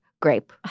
Grape